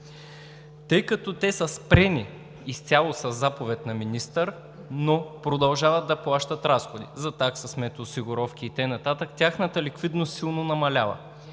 Тъй като те са спрени изцяло със заповед на министъра, но продължават да плащат разходи – за такса смет, осигуровки и така нататък – тяхната ликвидност силно намалява.